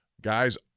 Guys